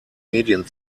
medien